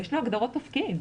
יש לו הגדרות תפקיד.